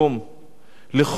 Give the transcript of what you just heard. לכל תפוצותיו,